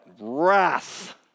wrath